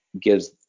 gives